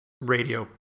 radio